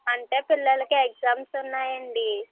అంటే పిల్లలకి ఎగ్జామ్స్ ఉన్నాయండి